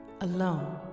Alone